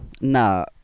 nah